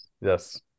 Yes